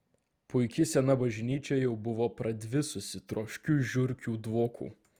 puiki sena bažnyčia jau buvo pradvisusi troškiu žiurkių dvoku